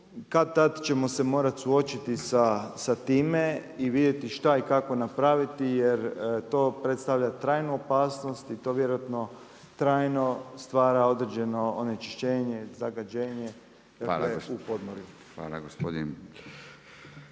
kad-tad ćemo se morati suočiti sa time i vidjeti šta i kako napraviti jer to predstavlja trajnu opasnost i to vjerojatno trajno stvara određeno onečišćenje, zagađenje u podmorju. **Radin,